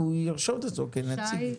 הוא ירשום אותו כנציג.